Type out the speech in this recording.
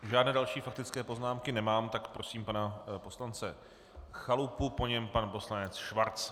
Žádné další faktické poznámky nemám, tak prosím pana poslance Chalupu, po něm pan poslanec Schwarz.